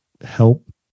help